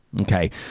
Okay